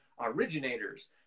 originators